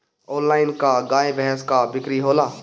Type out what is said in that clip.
Online का गाय भैंस क बिक्री होला?